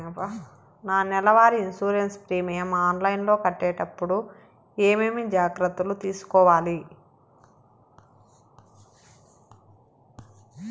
నా నెల వారి ఇన్సూరెన్సు ప్రీమియం ఆన్లైన్లో కట్టేటప్పుడు ఏమేమి జాగ్రత్త లు తీసుకోవాలి?